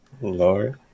Lord